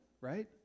right